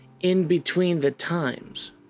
in-between-the-times